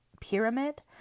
pyramid